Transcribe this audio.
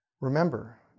Remember